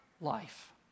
life